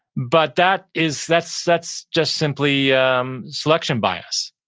but that is that's that's just simply um selection bias.